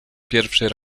pierwszy